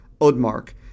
Odmark